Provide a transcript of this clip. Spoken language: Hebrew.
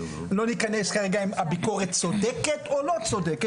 לא ניכנס כרגע אם הביקורת צודקת או לא צודקת.